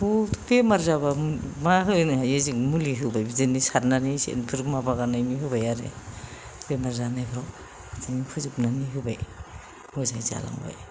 एम्फौ बेमार जाबा मा होनो हायो जों मुलि होबाय बिदिनो सारनानै एम्फौ माबागानायनि होबाय आरो बेमार जानायफ्राव बिदिनो फोजोबनानै होबाय मोजाङै जालांबाय